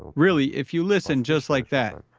really, if you listen just like that,